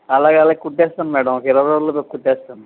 అలాగే అలాగే కుట్టేస్తాను మేడమ్ ఒక ఇరవై రోజులలో కుట్టేస్తాను